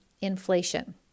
inflation